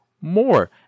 more